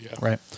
right